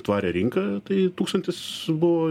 tvarią rinką tai tūkstantis buvo